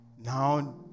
Now